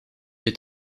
est